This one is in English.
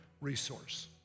Resource